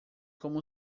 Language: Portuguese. como